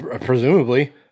presumably